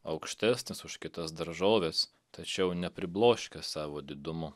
aukštesnis už kitas daržoves tačiau nepribloškia savo didumu